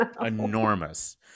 enormous